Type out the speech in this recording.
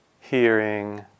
hearing